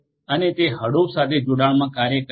અને તે હડુપ સાથે જોડાણમાં કાર્ય કરે છે